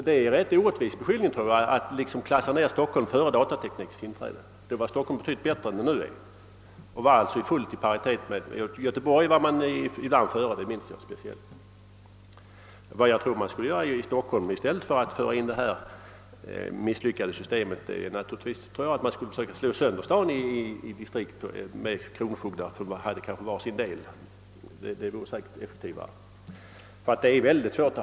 Det är därför som sagt orättvist att klassa ned resultaten i Stockholm före datateknikens inträde — de var betydligt bättre då än nu och fullt i paritet med siffrorna i Göteborg. I stället för att föra in det misslyckade datasystemet borde man slå sönder staden i distrikt med en kronofogde som har hand om var sitt. Det vore säkerligen effektivare.